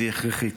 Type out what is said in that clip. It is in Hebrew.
היא הכרחית.